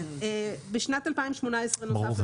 בשנת 2018 נוספה עבירה